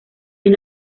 est